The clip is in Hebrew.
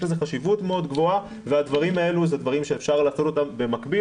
יש לזה חשיבות מאוד גבוהה ואת הדברים האלה אפשר לעשות במקביל,